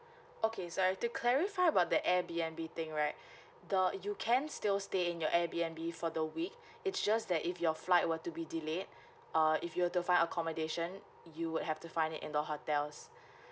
okay so I've to clarify about the airbnb thing right the you can still stay in your airbnb for the week it just that if your flight were to be delayed uh if you were to find accommodation you would have to find it in the hotels